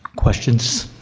questions?